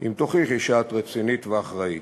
אם תוכיחי שאת רצינית ואחראית.